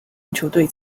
篮球队